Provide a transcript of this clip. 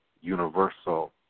universal